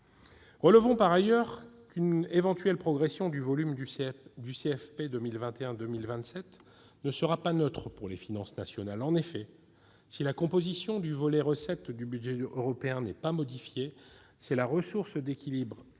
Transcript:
Relevons par ailleurs qu'une éventuelle progression du volume du CFP 2021-2027 ne sera pas neutre pour les finances nationales. En effet, si la composition du volet recettes du budget européen n'est pas modifiée, c'est la ressource d'équilibre